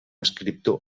escriptor